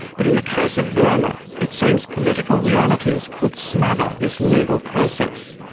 but in the case of burma, it seems political realities could smother this legal process,